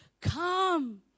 come